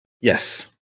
Yes